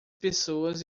pessoas